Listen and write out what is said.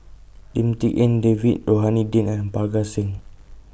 Lim Tik En David Rohani Din and Parga Singh